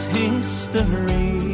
history